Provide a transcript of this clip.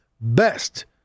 best